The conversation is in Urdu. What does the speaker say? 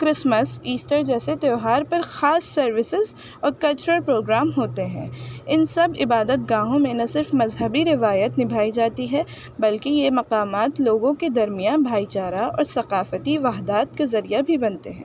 کرسمس ایسٹر جیسے تہوار پر خاص سروسز اور کلچرل پروگرام ہوتے ہیں ان سب عبادت گاہوں میں نہ صرف مذہبی روایت نبھائی جاتی ہے بلکہ یہ مقامات لوگوں کے درمیا بھائی چارہ اور ثقافتی وحدت کے ذریعہ بھی بنتے ہیں